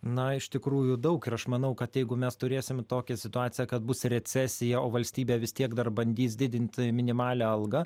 na iš tikrųjų daug ir aš manau kad jeigu mes turėsime tokią situaciją kad bus recesija o valstybė vis tiek dar bandys didint minimalią algą